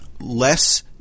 less